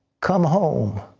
come home,